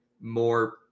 more